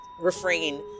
refrain